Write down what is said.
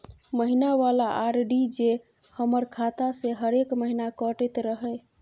महीना वाला आर.डी जे हमर खाता से हरेक महीना कटैत रहे?